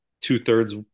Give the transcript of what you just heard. two-thirds